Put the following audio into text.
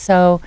so